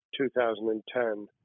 2010